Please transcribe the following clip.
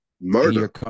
Murder